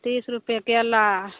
तीस रुपये केला